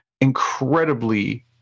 incredibly